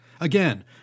Again